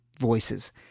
voices